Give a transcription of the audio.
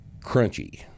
crunchy